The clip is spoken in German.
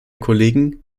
kollegen